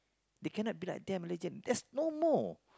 they cannot be like them legend there's no more